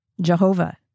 Jehovah